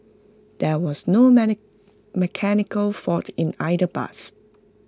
there was no mechanical fault in either bus